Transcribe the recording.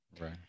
Right